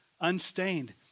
unstained